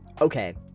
okay